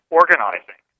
organizing